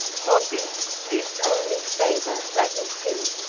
for this, this only favor let me sue,